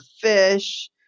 Fish